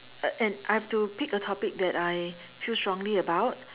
uh and I have to pick a topic that I feel strongly about